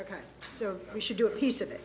ok so we should do a piece of it